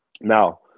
Now